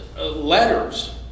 letters